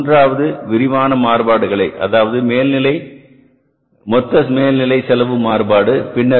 இப்போது 3 விரிவான மாறுபாடுகளை அதாவது மொத்த மேல்நிலை செலவு மாறுபாடு